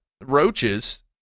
Roaches